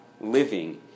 living